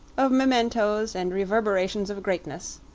of mementos and reverberations of greatness